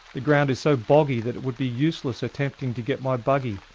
the ground is so boggy that it would be useless attempting to get my buggy,